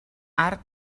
arc